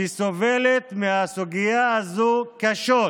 שסובלת קשות